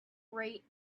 rate